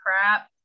crap